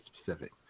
specific